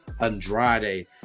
andrade